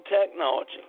technology